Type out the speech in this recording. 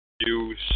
use